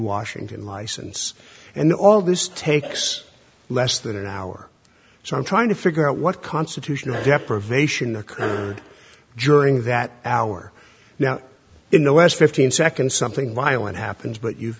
washington license and all this takes less than an hour so i'm trying to figure out what constitutional deprivation occurred during that hour now in the last fifteen seconds something violent happens but